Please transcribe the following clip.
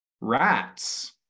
Rats